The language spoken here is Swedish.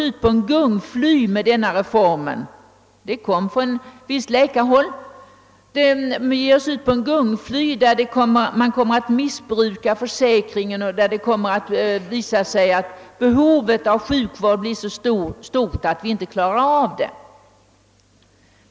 Det sades då från visst läkarhåll, att vi gav oss ut på ett gungfly med den reformen, ett gungfly där försäkringen skulle komma att missbrukas och där det skulle komma att visa sig att behovet av sjukvård blev så stort, att det inte gick att klara saken.